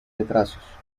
retrasos